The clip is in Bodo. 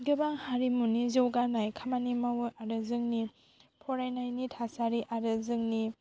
गोबां हारिमुनि जौगानाय खामानि मावो आरो जोंनि फरायनायनि थासारि आरो जोंनि